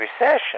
recession